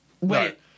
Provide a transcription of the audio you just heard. Wait